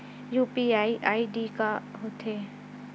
UPI ID का होथे?